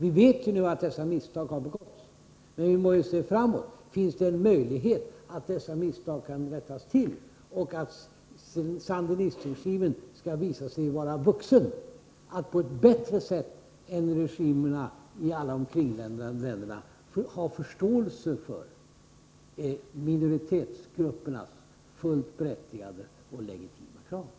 Vi vet nu att dessa misstag har begåtts, men vi må ju se framåt: Finns det en möjlighet att dessa misstag kan rättas till och att sandinistregimen skall visa sig vara vuxen att på ett bättre sätt än regimerna i de omkringliggande länderna ha förståelse för minoritetsgruppernas fullt berättigade och legitima krav?